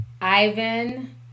Ivan